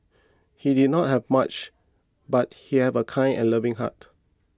he did not have much but he have a kind and loving heart